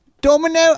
Domino